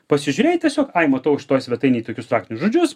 pasižiūrėjai tiesiog ai matau šitoj svetainėj tokius raktinius žodžius